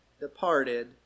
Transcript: departed